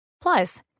Plus